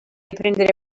prendere